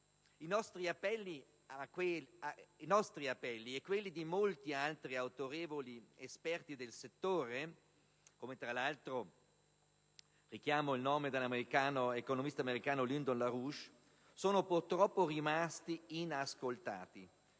I nostri appelli e quelli di molti altri autorevoli esperti del settore, come quello dell'economista americano Lyndon LaRouche, sono purtroppo rimasti inascoltati,